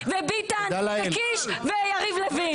בדיוק מה שהיה עושה לכם אמסלם וביטן וקיש ויריב לוין.